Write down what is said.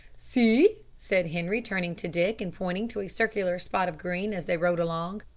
see, said henri, turning to dick and pointing to a circular spot of green as they rode along,